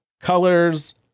colors